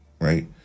right